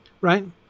right